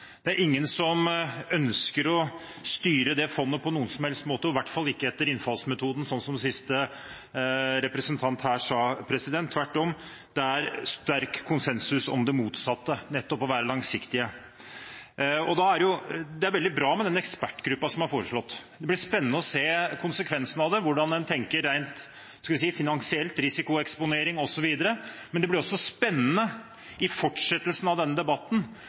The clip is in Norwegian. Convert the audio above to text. Det er ingen som ønsker å styre det fondet på noen som helst slags måte, og i hvert fall ikke etter innfallsmetoden, som siste representant her sa. Tvert om er det sterk konsensus om det motsatte – nettopp å være langsiktig. Det er veldig bra med den ekspertgruppen som er foreslått. Det blir spennende å se konsekvensen av det – hvordan en tenker rent finansielt, om risikoeksponering osv. Men det blir også spennende i fortsettelsen av denne debatten